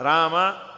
Rama